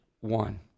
one